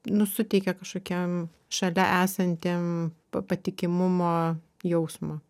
nu suteikia kažkokiam šalia esantiem pa patikimumo jausmo